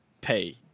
pay